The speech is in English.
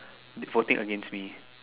voting against me